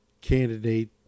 candidate